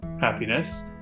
happiness